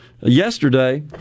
yesterday